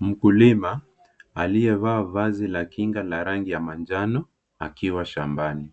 Mkulima aliyevaa vazi la kinga la rangi ya manjano akiwa shambani.